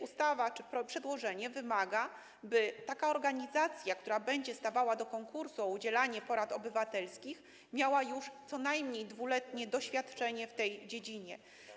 Ustawa czy przedłożenie wymaga, by taka organizacja, która będzie stawała do konkursu o udzielanie porad obywatelskich, miała co najmniej 2-letnie doświadczenie w tej dziedzinie.